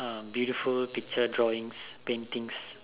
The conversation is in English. beautiful picture drawing paintings